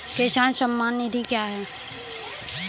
किसान सम्मान निधि क्या हैं?